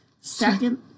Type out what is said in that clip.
Second